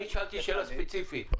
אני שאלתי שאלה ספציפית.